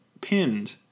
pinned